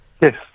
Yes